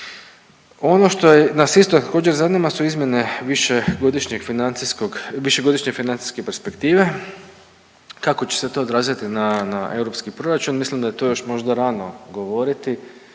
Ono što nas isto također zanima su izmjene višegodišnje financijske perspektive kako će se to odraziti na europski proračun, mislim da je to još možda rano govoriti,